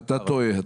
אתה טועה.